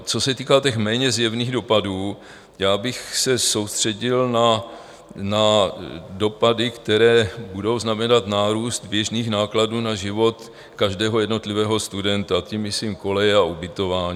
Co se týká těch méně zjevných dopadů, já bych se soustředil na dopady, které budou znamenat nárůst běžných nákladů na život každého jednotlivého studenta, tím myslím koleje a ubytování.